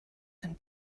and